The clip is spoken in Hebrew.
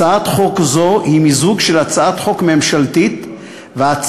הצעת חוק זו היא מיזוג של הצעת חוק ממשלתית והצעת